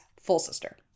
full-sister